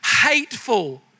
hateful